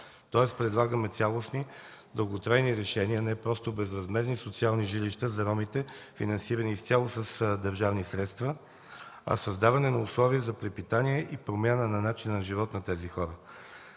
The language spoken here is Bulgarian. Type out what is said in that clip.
Тоест предлагаме цялостни дълготрайни решения – не просто безвъзмездни социални жилища за ромите, финансирани изцяло с държавни средства, а създаване на условия за препитание и промяна на начина на живот на тези хора.